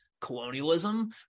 colonialism